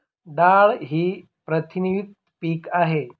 डाळ ही प्रथिनयुक्त पीक आहे